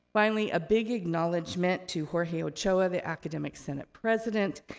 finally, a big acknowledgement to jorge ochoa, the academic senate president,